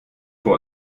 vor